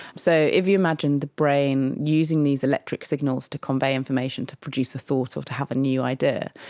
so if you imagine the brain using these electric signals to convey information to produce a thought or to have a new idea,